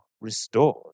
restored